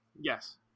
Yes